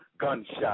Gunshot